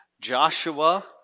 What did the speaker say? Joshua